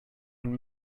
und